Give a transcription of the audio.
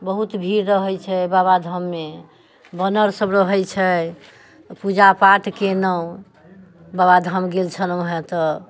बहुत भीड़ रहैत छै बाबा धाममे वानर सभ रहैत छै पूजा पाठ कयलहुँ बाबा धाम गेल छलहुँ हँ तऽ